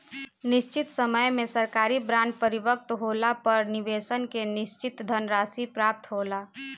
निशचित समय में सरकारी बॉन्ड परिपक्व होला पर निबेसक के निसचित धनराशि प्राप्त होला